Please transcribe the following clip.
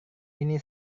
ini